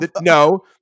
no